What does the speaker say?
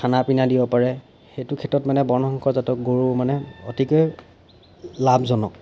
খানা পিনা দিব পাৰে সেইটো ক্ষেত্ৰত মানে বৰ্ণসংকৰ জাতৰ গৰু মানে অতিকেই লাভজনক